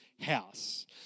house